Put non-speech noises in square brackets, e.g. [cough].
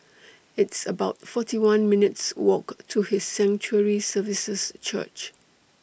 [noise] It's about forty one minutes' Walk to His Sanctuary Services Church